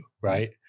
right